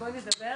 בואי נדבר.